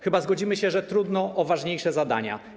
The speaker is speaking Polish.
Chyba zgodzimy się, że trudno o ważniejsze zadania.